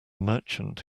merchant